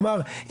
כלומר,